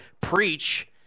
preach